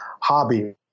hobby